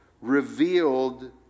revealed